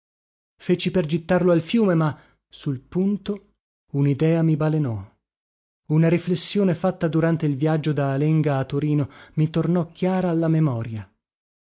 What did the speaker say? feci per gittarlo al fiume ma sul punto unidea mi balenò una riflessione fatta durante il viaggio da alenga a torino mi tornò chiara alla memoria